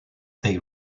they